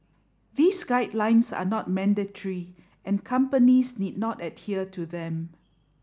these guidelines are not mandatory and companies need not adhere to them